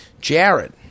Jared